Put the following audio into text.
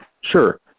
Sure